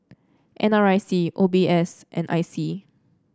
N R I C O B S and I C